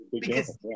Because-